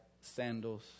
sandals